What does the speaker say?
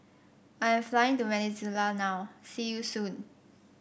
I am flying to Venezuela now see you soon